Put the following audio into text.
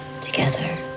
together